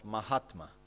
Mahatma